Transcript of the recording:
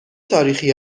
تاریخی